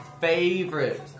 favorite